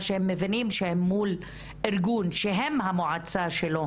שהם מבינים שהם מול ארגון שהם המועצה שלו,